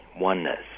oneness